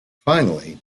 finally